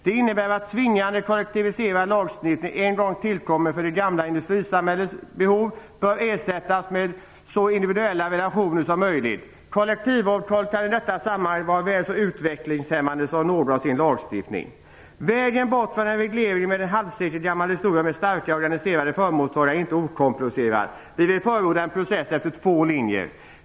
Det innebär att tvingande kollektiviserande lagstiftning som en gång tillkom för det gamla industrisamhällets behov bör ersättas med så individuella relationer som möjligt. Kollektivavtal kan i detta sammanhang vara väl så utvecklingshämmande som någonsin lagstiftning. Vägen bort från en reglering med en halvsekelgammal historia med starka organiserade förmånstagare är inte okomplicerad. Vi vill förorda en process efter två linjer.